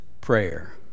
prayer